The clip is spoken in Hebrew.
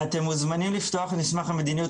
אתם מוזמנים לפתוח את מסמך המדיניות,